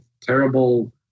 terrible